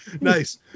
Nice